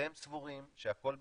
אתם סבורים שהכול בסדר,